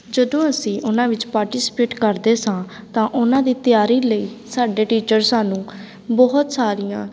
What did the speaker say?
ਜਦੋਂ ਅਸੀਂ ਉਹਨਾਂ ਵਿੱਚ ਪਾਰਟੀਸਪੇਟ ਕਰਦੇ ਸਾਂ ਤਾਂ ਉਹਨਾਂ ਦੀ ਤਿਆਰੀ ਲਈ ਸਾਡੇ ਟੀਚਰ ਸਾਨੂੰ ਬਹੁਤ ਸਾਰੀਆਂ